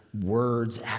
words